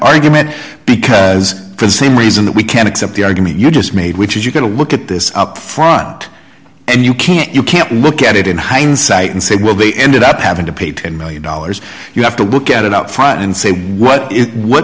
argument because for the same reason that we can accept the argument you just made which is you've got to look at this up front and you can't you can't look at it in hindsight and say well they ended up having to pay ten million dollars you have to look at it upfront and say what what